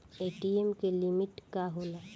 ATM की limit का होला?